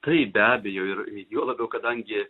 taip be abejo ir juo labiau kadangi